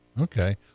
Okay